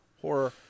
horror